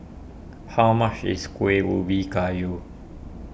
how much is Kueh Ubi Kayu